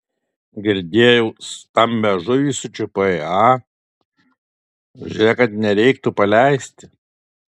girdėjau stambią žuvį sučiupai a žiūrėk kad nereiktų paleisti